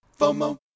FOMO